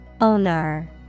Owner